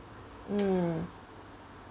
mm